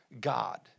God